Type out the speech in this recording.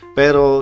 pero